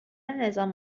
نظام